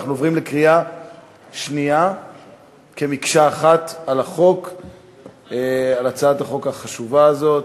אנחנו עוברים להצבעה בקריאה שנייה כמקשה אחת על הצעת החוק החשובה הזאת.